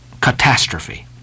catastrophe